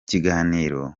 kiganiro